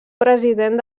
president